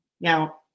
Now